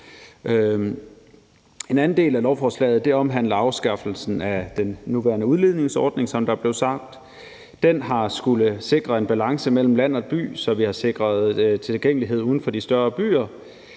En anden del af lovforslaget omhandler afskaffelsen af den nuværende udligningsordning, som der er blevet sagt. Den har skullet sikre en balance mellem land og by og sikre tilgængelighed uden for de større byer.